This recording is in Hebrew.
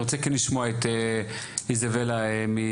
אני רוצה כן לשמוע את איזבלה ממשרד